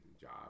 job